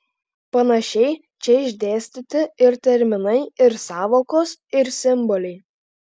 panašiai čia išdėstyti ir terminai ir sąvokos ir simboliai